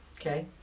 Okay